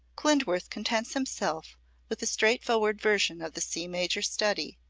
klindworth contents himself with a straightforward version of the c major study,